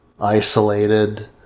Isolated